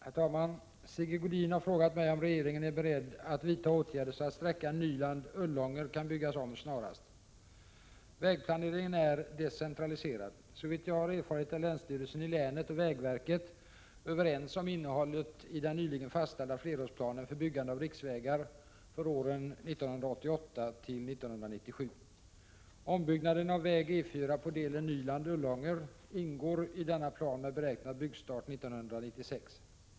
Herr talman! Sigge Godin har frågat mig om regeringen är beredd att vidta åtgärder så att sträckan Nyland-Ullånger kan byggas om snarast. Vägplaneringen är decentraliserad. Såvitt jag har erfarit är länsstyrelsen i länet och vägverket överens om innehållet i den nyligen fastställda flerårsplanen för byggande av riksvägar för åren 1988-1997. Ombyggnaden av väg E 4 på delen Nyland-Ullånger ingår i denna plan med beräknad byggstart 1996.